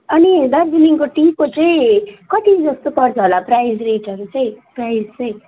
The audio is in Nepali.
अनि दार्जिलिङको टीको चाहिँ कति जस्तो पर्छ होला प्राइस रेटहरू चाहिँ प्राइस चाहिँ